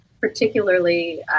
particularly